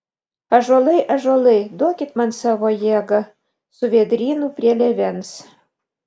ąžuolai ąžuolai duokit man savo jėgą su vėdrynu prie lėvens